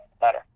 Better